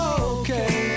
okay